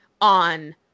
on